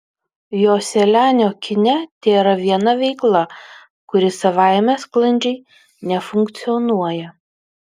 joselianio kine tėra viena veikla kuri savaime sklandžiai nefunkcionuoja